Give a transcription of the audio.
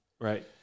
Right